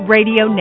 Radio